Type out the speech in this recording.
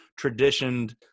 traditioned